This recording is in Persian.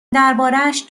دربارهاش